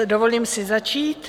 Dovolím si začít.